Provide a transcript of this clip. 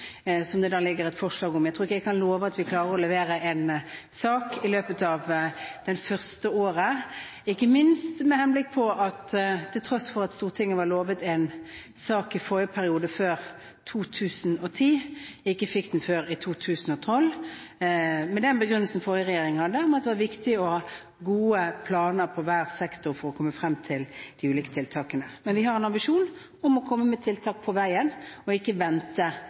som det da ligger et forslag om. Jeg tror ikke jeg kan love at vi klarer å levere en sak i løpet av det første året, ikke minst med henblikk på at til tross for at Stortinget var lovet en sak i forrige periode, før 2010, ikke fikk den før i 2012 – med den begrunnelsen fra den forrige regjeringen at det er viktig å ha gode planer på hver sektor for å komme frem til de ulike tiltakene. Men vi har en ambisjon om å komme med tiltak på veien og ikke vente